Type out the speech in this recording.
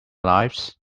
lives